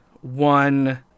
one